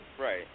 Right